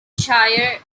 chair